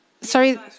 Sorry